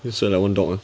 sweat like one dog ah